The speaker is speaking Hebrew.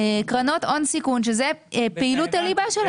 קרנות הון סיכון שזה פעילות הליבה שלהם.